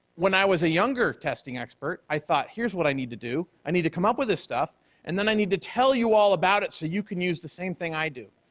when i was a younger testing expert, i though here's what i need to do, i need to come up with this stuff and then i need to tell you all about it so you can use the same thing i do.